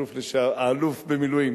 האלוף במילואים,